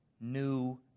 new